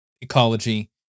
ecology